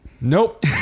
Nope